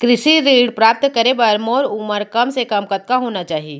कृषि ऋण प्राप्त करे बर मोर उमर कम से कम कतका होना चाहि?